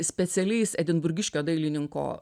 specialiais edinburgiškio dailininko